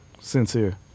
Sincere